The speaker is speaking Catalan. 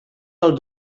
del